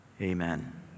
Amen